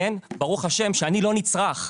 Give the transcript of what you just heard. ברוך ה' שאני לא נצרך,